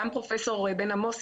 גם פרופ' בן עמוס,